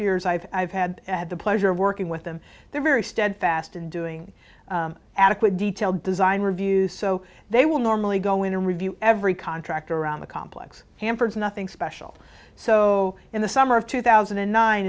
years i've i've had the pleasure of working with them they're very steadfast in doing adequate detailed design reviews so they will normally go in and review every contractor around the complex hanford's nothing special so in the summer of two thousand and nine